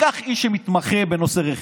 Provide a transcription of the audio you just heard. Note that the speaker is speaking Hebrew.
תיקח איש שמתמחה בנושא רכש.